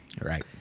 Right